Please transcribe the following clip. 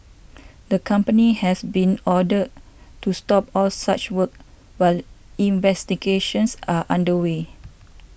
the company has been ordered to stop all such work while investigations are under way